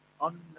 unknown